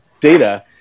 data